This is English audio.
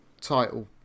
title